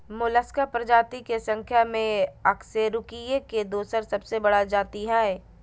Mollusca प्रजाति के संख्या में अकशेरूकीय के दोसर सबसे बड़ा जाति हइ